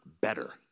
better